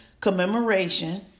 commemoration